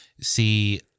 See